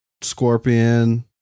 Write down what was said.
Scorpion